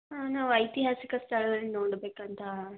ಹಾಂ ನಾವು ಐತಿಹಾಸಿಕ ಸ್ಥಳಗಳನ್ನು ನೋಡ್ಬೇಕಂತ